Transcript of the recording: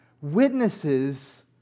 witnesses